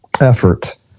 effort